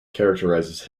characterize